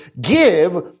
give